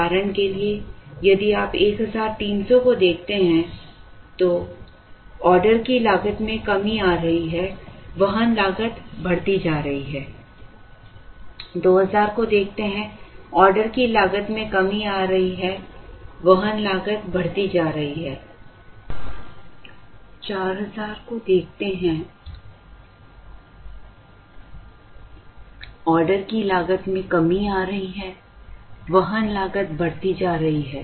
उदाहरण के लिए यदि आप 1300 को देखते हैं तो ऑर्डर की लागत में कमी आ रही है वहन लागत बढ़ती जा रही है 2000 को देखते हैं ऑर्डर की लागत में कमी आ रही है वहन लागत बढ़ती जा रही है 4000 को देखते हैं को देखते हैं ऑर्डर की लागत में कमी आ रही है वहन लागत बढ़ती जा रही है